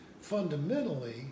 fundamentally